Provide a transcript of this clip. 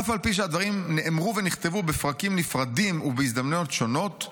אף על פי שהדברים נאמרו ונכתבו בפרקים נפרדים ובהזדמנויות שונות,